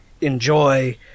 enjoy